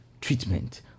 treatment